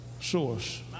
source